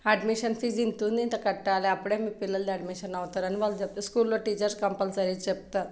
admission fee ఇంత ఉంది ఇంత కట్టాలి అప్పుడే మీ పిల్లల్ని అడ్మిషన్ అవుతారు అని వాళ్ళు చెప్తారు స్కూల్ లో టీచర్స్ కంపల్సరీ చెప్తారు